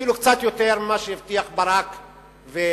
אפילו קצת יותר ממה שהבטיחו ברק ואולמרט.